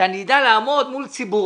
שאני אדע לעמוד אחרי זה מול ציבור